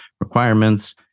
requirements